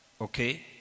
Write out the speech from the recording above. okay